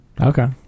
okay